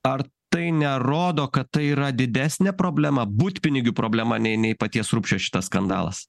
ar tai nerodo kad tai yra didesnė problema butpinigių problema nei nei paties rupšio šitas skandalas